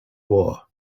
war